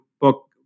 book